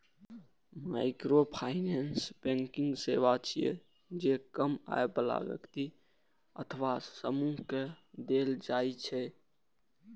microfinance banking सेवा छियै, जे कम आय बला व्यक्ति अथवा समूह कें देल जाइ छै